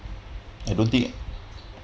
I don't think